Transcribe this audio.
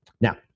Now